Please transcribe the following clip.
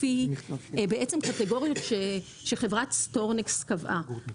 לפי קטגוריות שחברת סטורנקסט קבעה.